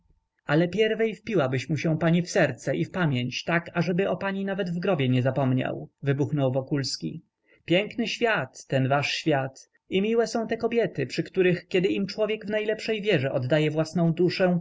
ale pierwiej wpiłabyś mu się pani w serce i w pamięć tak ażeby o pani nawet w grobie nie zapomniał wybuchnął wokulski piękny świat ten wasz świat i miłe są te kobiety przy których kiedy im człowiek w najlepszej wierze oddaje własną duszę